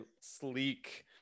sleek